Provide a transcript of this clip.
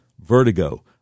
vertigo